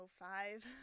Five